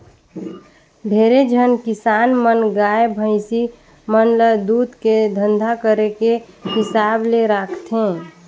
ढेरे झन किसान मन गाय, भइसी मन ल दूद के धंधा करे के हिसाब ले राखथे